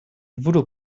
voodoo